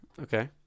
Okay